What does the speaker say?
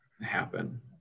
happen